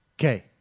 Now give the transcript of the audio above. Okay